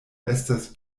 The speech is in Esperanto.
estas